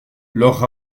leurs